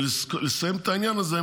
ולסיים את העניין הזה,